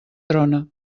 trona